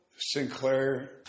Sinclair